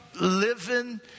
living